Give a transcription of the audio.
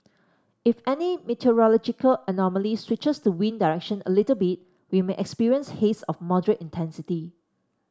if any meteorological anomaly switches the wind direction a little bit we may experience haze of moderate intensity